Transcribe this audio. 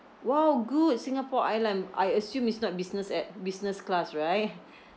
!wow! good singapore airline I assume is not business at business class right